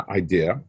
idea